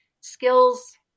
skills